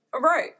Right